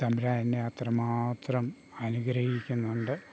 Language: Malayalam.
തമ്പുരാൻ എന്നെ അത്രമാത്രം അനുഗ്രഹിക്കുന്നുണ്ട്